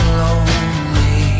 lonely